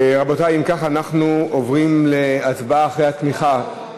רבותי, אם כך, אנחנו עוברים להצבעה אחרי התמיכה.